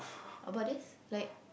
about this like